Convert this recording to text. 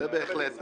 זה בהחלט.